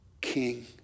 King